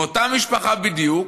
מאותה משפחה בדיוק